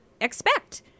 expect